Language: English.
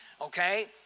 okay